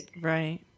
right